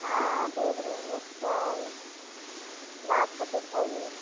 हाँ हाँ देख रही हूँ अच्छा है नाक का दिखाइए